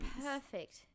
Perfect